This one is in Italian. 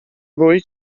voi